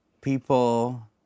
people